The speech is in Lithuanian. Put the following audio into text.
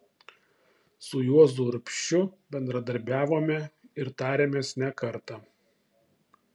su juozu urbšiu bendradarbiavome ir tarėmės ne kartą